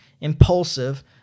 impulsive